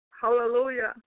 Hallelujah